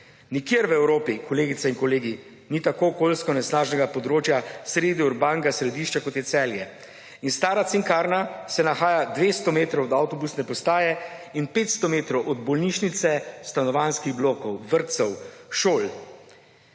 Nikjer v Evropi, kolegice in kolegi, ni tako okoljsko onesnaženega območja sredi urbanega središča, kot je Celje, in stara Cinkarna se nahaja 200 metrov od avtobusne postaje in 500 metrov od bolnišnice, stanovanjskih blokov, vrtcev, šol.